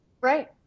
Right